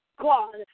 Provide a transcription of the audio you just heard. God